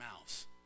mouths